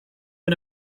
and